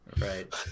Right